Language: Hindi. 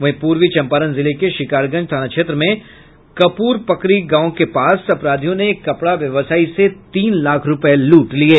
वहीं पूर्वी चंपारण जिले के शिकारगंज थाना क्षेत्र में कपुरपकरी गांव के पास अपराधियों ने एक कपड़ा व्यवसायी से तीन लाख रुपये लूट लिये